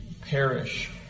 perish